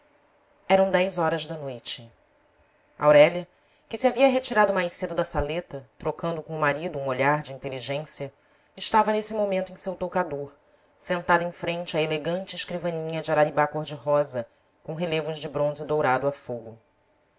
eram dez horas da noite aurélia que se havia retirado mais cedo da saleta trocando com o marido um olhar de inteligência estava nesse momento em seu toucador sentada em frente à elegante escrivaninha de araribá corde rosa com relevos de bronze dourado a fogo